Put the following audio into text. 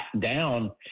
down